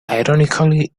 ironically